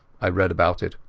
i read about it.